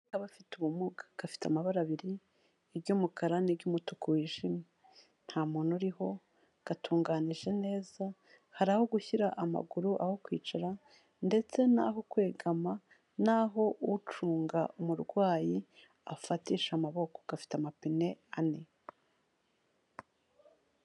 bafite ubumuga gafite amabara abiri iry'umukara n'iry'umutuku wijimye, nta muntu uriho gatunganije neza hari aho gushyira amaguru, aho kwicara ndetse n'aho kwegama n'aho ucunga umurwayi afatisha amaboko, gafite amapine ane.